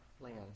land